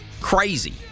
Crazy